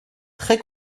très